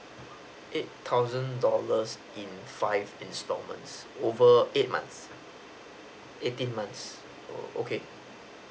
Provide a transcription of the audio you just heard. eight thousand dollars in five instalments over eight months eighteen months oo okay